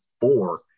four